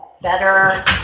better